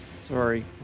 Sorry